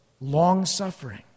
long-suffering